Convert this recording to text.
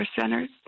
centers